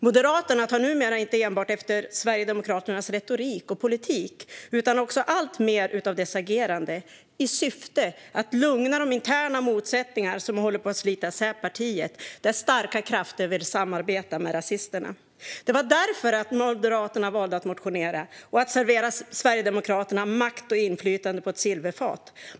Moderaterna tar numera inte enbart efter Sverigedemokraternas retorik och politik utan också alltmer av dess agerande i syfte att lugna de interna motsättningar som håller på att slita isär partiet, där starka krafter vill samarbeta med rasisterna. Det var därför Moderaterna valde att motionera och att servera Sverigedemokraterna makt och inflytande på ett silverfat.